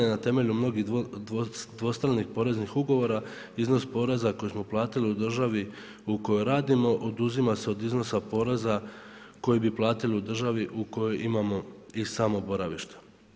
Na temelju mnogih dvostranih poreznih ugovora iznos poreza koji smo platili u državi u kojoj radimo oduzima se od iznosa poreza koji bi platili u državi u kojoj imamo i samo boravište.